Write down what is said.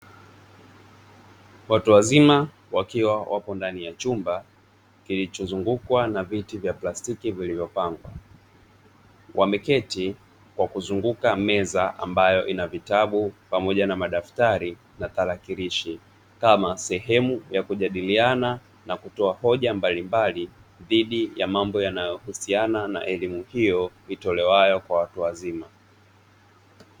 Watu wazima wakiwa wapo ndani ya chumba kilichozungukwa na viti vya plastiki vilivyopangwa. Wameketi kwa kuzunguka meza ambayo ina vitabu pamoja na madaftari na tarakilishi, kama sehemu ya kujadiliana na kutoa hoja mbalimbali dhidi ya mambo yanayohusiana na elimu hiyo itolewayo kwa watu wazima.